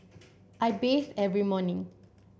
I bathe every morning